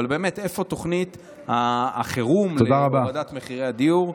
אבל באמת, איפה תוכנית החירום להורדת מחירי הדיור?